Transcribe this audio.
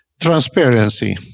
Transparency